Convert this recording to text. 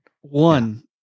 One